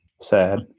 Sad